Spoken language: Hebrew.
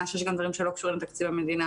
שיש גם דברים שלא קשורים לתקציב המדינה,